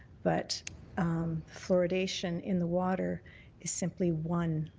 but fluoridation in the water is simply one